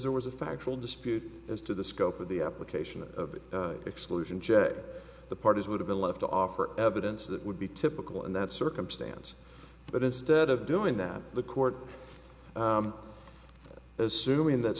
there was a factual dispute as to the scope of the application of the exclusion jette the parties would have been left to offer evidence that would be typical in that circumstance but instead of doing that the court as soon that